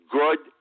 good